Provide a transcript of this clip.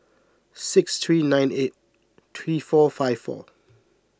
six three nine eight three four five four